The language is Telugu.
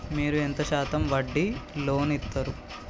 మీరు ఎంత శాతం వడ్డీ లోన్ ఇత్తరు?